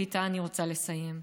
ואיתה אני רוצה לסיים,